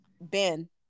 Ben